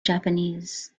japanese